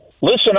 listen